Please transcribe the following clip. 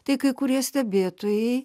tai kai kurie stebėtojai